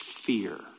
Fear